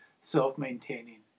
self-maintaining